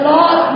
Lord